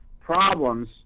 problems